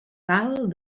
gal